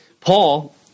Paul